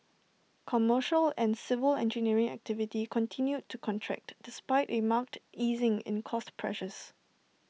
commercial and civil engineering activity continued to contract despite A marked easing in cost pressures